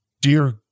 Dear